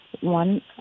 one